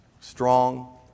Strong